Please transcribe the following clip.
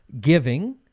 giving